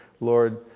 Lord